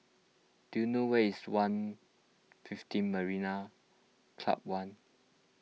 do you know where is one' fifteen Marina Club one